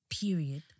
period